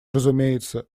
разумеется